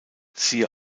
siehe